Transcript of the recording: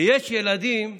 ויש ילדים שברגע,